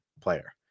player